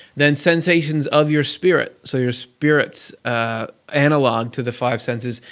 then sensations of your spirit, so your spirit's analog to the five senses,